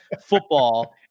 football